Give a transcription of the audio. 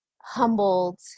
humbled